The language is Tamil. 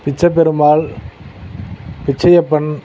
பிச்சைப்பெருமாள் பிச்சையப்பன்